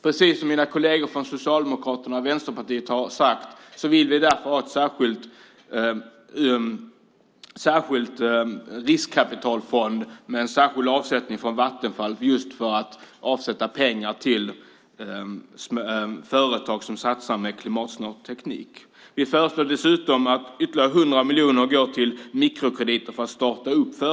Precis som mina kolleger från Socialdemokraterna och Vänsterpartiet har sagt vill vi därför ha en särskild riskkapitalfond med en särskild avsättning från Vattenfall för att avsätta pengar till företag som satsar på klimatsmart teknik. Vi föreslår dessutom att ytterligare 100 miljoner kronor går till mikrokrediter för att starta företag.